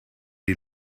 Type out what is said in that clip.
die